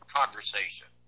conversation